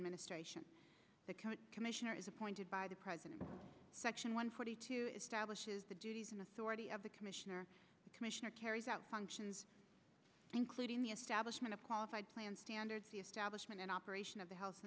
administration the commissioner is appointed by the president section one forty two establishes the duties and authority of the commissioner commissioner carries out functions including the establishment of qualified plans standards the establishment and operation of the health